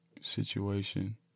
situation